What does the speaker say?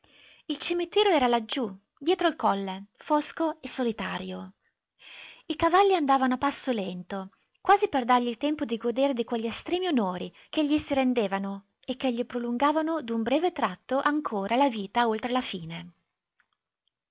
il cimitero era laggiù dietro il colle fosco e solitario i cavalli andavano a passo lento quasi per dargli il tempo di godere di quegli estremi onori che gli si rendevano e che gli prolungavano d'un breve tratto ancora la vita oltre la fine